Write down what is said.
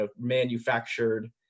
manufactured